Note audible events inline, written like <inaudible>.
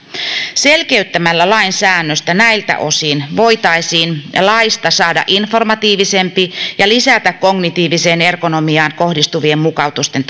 selkeyttämällä lain säännöstä näiltä osin voitaisiin laista saada informatiivisempi ja lisätä kognitiiviseen ergonomiaan kohdistuvien mukautusten <unintelligible>